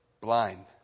Blind